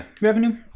revenue